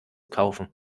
kaufen